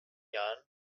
jahren